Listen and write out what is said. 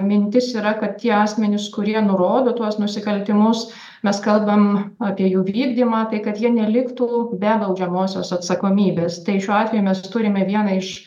mintis yra kad tie asmenys kurie nurodo tuos nusikaltimus mes kalbam apie jų vykdymą tai kad jie neliktų be baudžiamosios atsakomybės tai šiuo atveju mes turime vieną iš